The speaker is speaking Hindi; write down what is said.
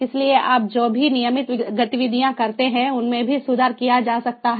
इसलिए आप जो भी नियमित गतिविधियाँ करते हैं उनमें भी सुधार किया जा सकता है